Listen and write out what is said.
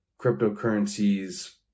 cryptocurrencies